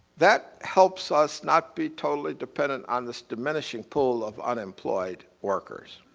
that helps us not be totally dependent on this diminishing pool of unemployed workers.